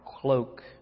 cloak